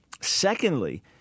Secondly